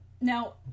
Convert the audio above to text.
Now